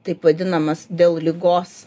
taip vadinamas dėl ligos